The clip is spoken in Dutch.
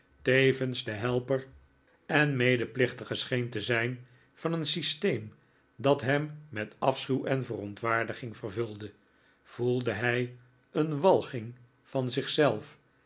tevens de helper en medeplichtige scheen te zijn van een systeem dat hem met afschuw en verontwaardiging vervulde voelde hij een walging van